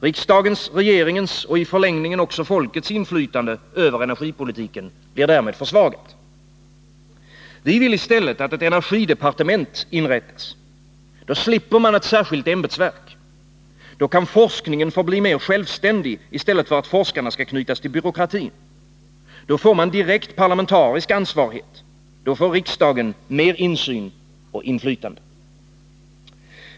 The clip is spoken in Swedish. Riksdagens, regeringens och i förlängningen också folkets inflytande över energipolitiken försvagas. Vi vill i stället att ett energidepartement inrättas. Då slipper man ett särskilt ämbetsverk. Då kan forskningen förbli mer självständig i stället för att forskarna skall knytas till byråkratin. Då får man direkt parlamentarisk ansvarighet. Då får riksdagen mer insyn och inflytande.